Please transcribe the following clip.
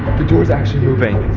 the door is actually moving.